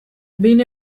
behin